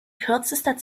kürzester